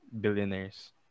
billionaires